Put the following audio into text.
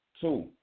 Two